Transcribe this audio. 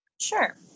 Sure